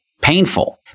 painful